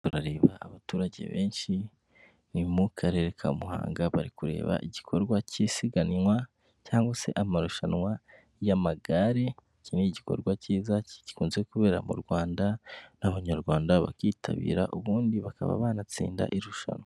Urareba abaturage benshi; ni mu Karere ka Muhanga. Bari kureba igikorwa cy'isiganwa cyangwa se amarushanwa y'amagare. Iki ni igikorwa cyiza gikunze kubera mu Rwanda; n'Abanyarwanda bakitabira ubundi bakaba banatsinda irushanwa.